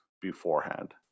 beforehand